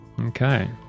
Okay